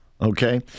Okay